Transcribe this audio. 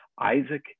Isaac